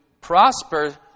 prosper